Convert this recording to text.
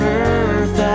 earth